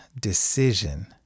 decision